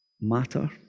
matter